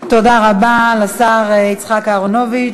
תודה רבה לשר יצחק אהרונוביץ.